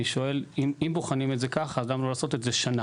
אני שואל: אם בוחנים את זה ככה אז למה לא לעשות את זה לשנה,